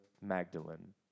Magdalene